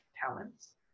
talents